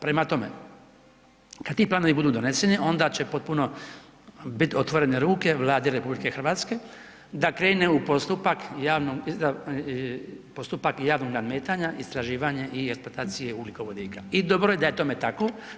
Prema tome, kad ti planovi budu doneseni, onda će potpuno bit otvorene ruke Vladi RH da krene u postupak javnog nadmetanja istraživanje i eksploatacije ugljikovodika i dobro je da je tome tako.